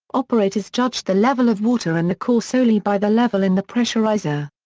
operators judged the level of water in the core solely by the level in the pressurizer.